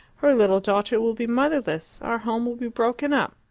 her little daughter will be motherless, our home will be broken up.